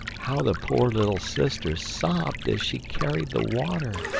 how the poor little sister sobbed as she carried the water,